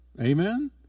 Amen